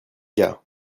gars